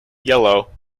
yellow